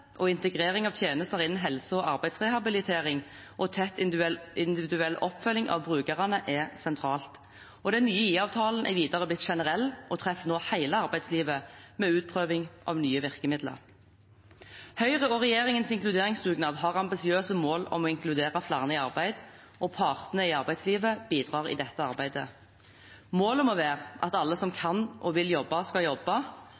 integrering av tjenester innen helse- og arbeidsrehabilitering og tett individuell oppfølging av brukerne er sentralt. Den nye IA-avtalen er videre blitt generell og treffer nå hele arbeidslivet med utprøving av nye virkemidler. Høyres og regjeringens inkluderingsdugnad har ambisiøse mål om å inkludere flere i arbeid, og partene i arbeidslivet bidrar i dette arbeidet. Målet må være at alle som kan og vil jobbe,